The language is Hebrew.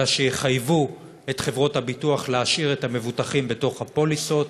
אלא שיחייבו את חברות הביטוח להשאיר את המבוטחים בתוך הפוליסות,